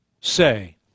Say